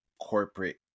corporate